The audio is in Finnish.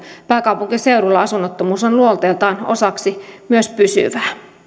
pääkaupunkiseudulla asunnottomuus on luonteeltaan osaksi myös pysyvää